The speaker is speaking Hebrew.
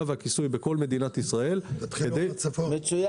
וכיסוי בכל מדינת ישראל --- תתחילו בצפון.